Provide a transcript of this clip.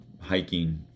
hiking